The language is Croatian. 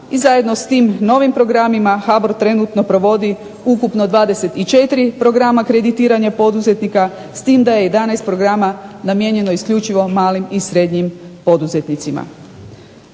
i zajedno s tim novim programima HBOR trenutno provodi ukupno 24 programa kreditiranja poduzetnika, s tim da je 11 programa namijenjeno isključivo malim i srednjim poduzetnicima.